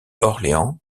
orléans